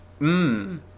Mmm